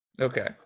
Okay